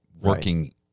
working